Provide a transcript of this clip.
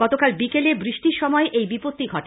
গতকাল বিকেলে বৃষ্টির সময় এই বিপত্তি ঘটে